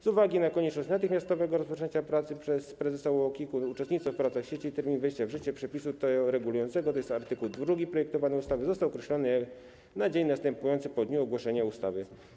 Z uwagi na konieczność natychmiastowego rozpoczęcia pracy przez prezesa UOKiK-u, uczestnictwa w pracach sieci, termin wejścia w życie przepisu to regulującego, tj. art. 2 projektowanej ustawy, został określony na dzień następujący po dniu ogłoszenia ustawy.